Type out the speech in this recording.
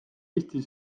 eesti